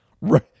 right